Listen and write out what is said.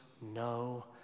no